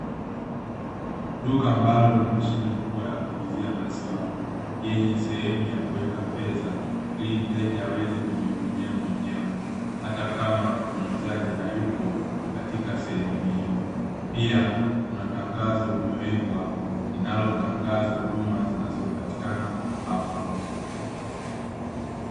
Duka ambalo lina mashine kubwa ya kuuzia maziwa, yenye sehemu ya kuweka fedha ili mteja aweze kujihudumia mwenyewe atakama muuzaji hayupo katika sehemu hiyo. Pia kunatangazo limewekwa linalo tangaza huduma zinazo patikana hapo.